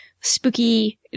spooky